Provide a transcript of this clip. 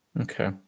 Okay